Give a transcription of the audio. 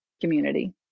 community